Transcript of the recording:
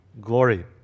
Glory